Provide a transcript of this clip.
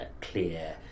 clear